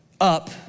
up